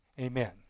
Amen